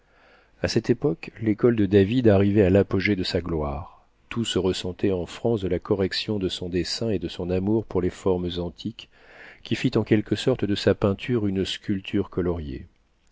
a cette époque l'école de david arrivait à l'apogée de sa gloire tout se ressentait en france de la correction de son dessin et de son amour pour les formes antiques qui fit en quelque sorte de sa peinture une sculpture coloriée